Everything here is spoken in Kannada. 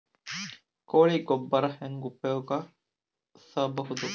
ಕೊಳಿ ಗೊಬ್ಬರ ಹೆಂಗ್ ಉಪಯೋಗಸಬಹುದು?